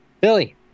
Billy